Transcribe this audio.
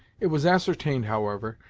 it was ascertained, however,